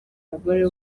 umugore